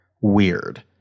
weird